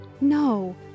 No